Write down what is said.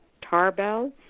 tarbell